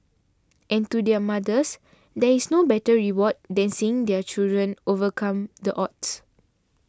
and to their mothers there is no better reward than seeing their children overcome the odds